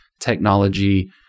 technology